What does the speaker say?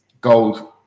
gold